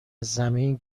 زمین